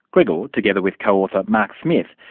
gregor, together with co-author mark smith,